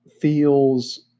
feels